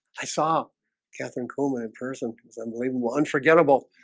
i saw katherine coma in person because unbelievable unforgettable